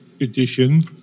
Edition